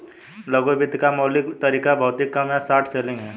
लघु वित्त का मौलिक तरीका भौतिक कम या शॉर्ट सेलिंग है